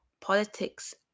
politics